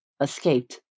escaped